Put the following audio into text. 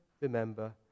remember